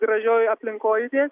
gražioj aplinkoj judėt